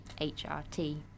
HRT